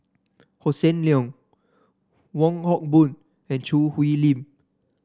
Hossan Leong Wong Hock Boon and Choo Hwee Lim